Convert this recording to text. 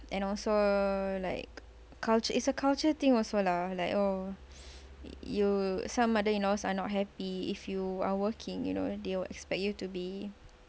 and also like cult~ it's a culture thing also lah like oh you some mother-in-laws are not happy if you are working you know they'll expect you to be